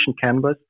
canvas